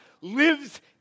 lives